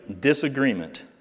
disagreement